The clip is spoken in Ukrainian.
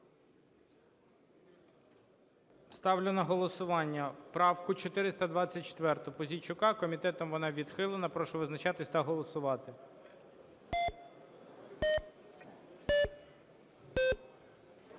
Ставлю на голосування правку 424 Пузійчука. Комітетом вона відхилена. Прошу визначатись та голосувати.